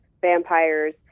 vampires